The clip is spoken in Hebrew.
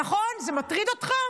נכון, זה מטריד אותך?